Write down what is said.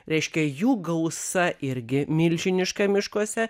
reiškia jų gausa irgi milžiniška miškuose